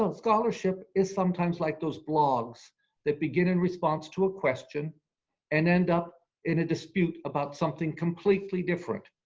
um scholarship is sometimes like those blogs that begin in response to a question and end up in a dispute about something completely different.